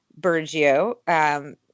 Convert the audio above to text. Bergio